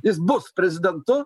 jis bus prezidentu